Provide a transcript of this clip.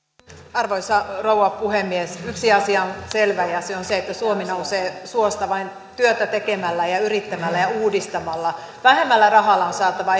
arvoisa rouva puhemies yksi asia on selvä ja se on se että suomi nousee suosta vain työtä tekemällä ja ja yrittämällä ja uudistamalla vähemmällä rahalla on saatava